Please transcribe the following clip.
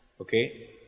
Okay